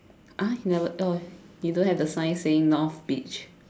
uh you never oh you don't have the sign saying north beach